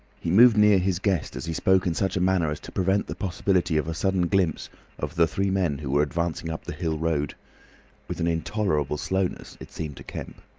he moved nearer his guest as he spoke in such a manner as to prevent the possibility of a sudden glimpse of the three men who were advancing up the hill road with an intolerable slowness, as it seemed to kemp.